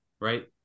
right